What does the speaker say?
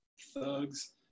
thugs